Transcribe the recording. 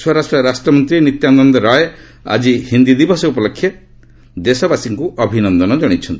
ସ୍ୱରାଷ୍ଟ୍ର ରାଷ୍ଟ୍ରମନ୍ତ୍ରୀ ନିତ୍ୟାନନ୍ଦ ରାୟ ଆଜି ହିନ୍ଦୀ ଦିବସ ଉପଲକ୍ଷେ ଦେଶବାସୀଙ୍କୁ ଅଭିନନ୍ଦନ ଜଣାଇଛନ୍ତି